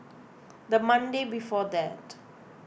the Monday before that